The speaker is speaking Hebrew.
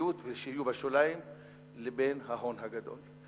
השוליות ושיהיו בשוליים לבין ההון הגדול,